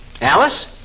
Alice